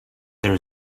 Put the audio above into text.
there